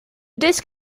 disc